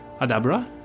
Adabra